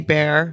Bear